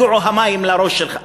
שלא יגיעו המים לראש שלך.